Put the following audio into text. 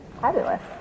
Fabulous